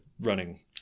running